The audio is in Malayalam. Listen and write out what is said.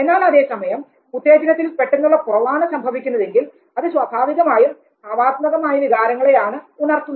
എന്നാൽ അതേസമയം ഉത്തേജനത്തിൽ പെട്ടെന്നുള്ള കുറവാണ് സംഭവിക്കുന്നതെങ്കിൽ അത് സ്വാഭാവികമായും ഭാവാത്മകമായ വികാരങ്ങളെയാണ് ഉണർത്തുന്നത്